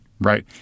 right